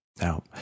Now